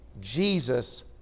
Jesus